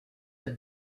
have